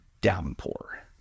downpour